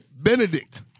Benedict